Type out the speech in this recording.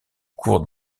cours